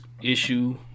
issue